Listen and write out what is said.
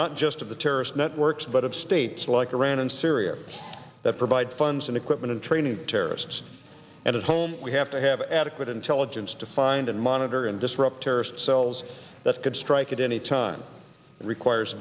not just of the terrorist networks but of states like iran and syria that provide funds and equipment and training terrorists and at home we have to have adequate intelligence to find and monitor and disrupt terrorist cells that can strike at any time requires